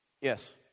Yes